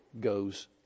goes